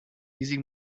using